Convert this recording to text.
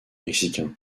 mexicain